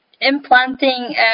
implanting